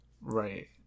Right